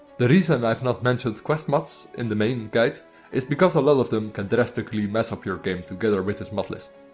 the reason i've not mentioned quest mods in the main guide is because a lot of them can drastically mess up your game together with this mod list.